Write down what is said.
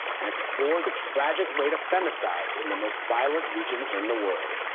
and explored the tragic rate of femicides in the most violent region in the world.